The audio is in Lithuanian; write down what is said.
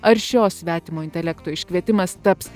ar šio svetimo intelekto iškvietimas taps